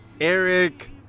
Eric